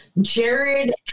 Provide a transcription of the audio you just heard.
Jared